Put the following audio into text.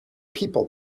people